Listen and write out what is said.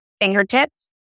fingertips